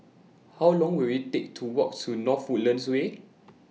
How Long Will IT Take to Walk to North Woodlands Way